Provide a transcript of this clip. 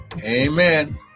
Amen